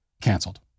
canceled